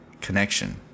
connection